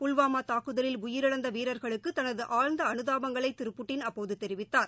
புல்வாமா தாக்குதலில் உயிரிழந்த வீரர்களுக்கு தனது ஆழ்ந்த அனுதாபங்களை திரு புட்டின் அப்போது தெரிவித்தார்